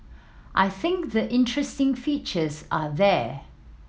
I think the interesting features are there